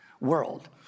world